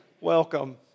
Welcome